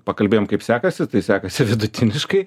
pakalbėjom kaip sekasi tai sekasi vidutiniškai